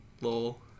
Lol